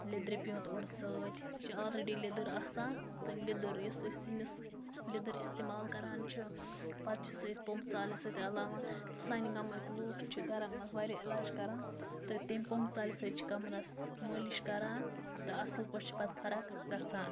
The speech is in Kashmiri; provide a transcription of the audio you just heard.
لدرِ پیٛوٗنٛت اوٚڑ سۭتۍ یہِ چھِ آلریٚڈی لدٕر آسان تہٕ لدٕر یۄس أسۍ سِنِس لدٕر استعمال کران چھِ پَتہٕ چھِ سۄ أسۍ پوٚمبہٕ ژالنہِ سۭتۍ رَلاوان تہٕ سانہِ گامٕکۍ لوٗکھ چھِ گھرَن منٛز واریاہ علاج کران تہٕ تَمہِ پوٚمبہٕ ژالنہِ سۭتۍ چھِ کَمرَس مٲلِش کران تہٕ اصٕل پٲٹھۍ چھِ پَتہٕ فرق گَژھان